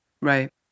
right